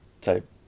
type